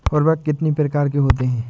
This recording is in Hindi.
उर्वरक कितनी प्रकार के होते हैं?